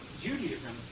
Judaism